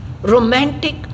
romantic